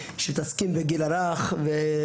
שמתעסקים בגיל הרך,